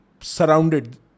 surrounded